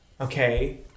okay